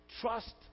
trust